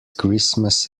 christmas